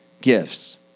gifts